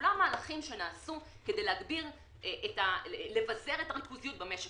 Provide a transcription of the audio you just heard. כולם מהלכים שנעשו כדי לבזר את הריכוזיות במשק.